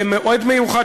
במועד מיוחד,